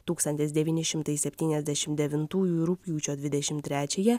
tūkstantis devyni šimtai septyniasdešim devintųjų rugpjūčio dvidešim trečiąją